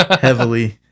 heavily